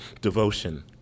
devotion